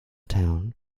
town